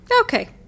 Okay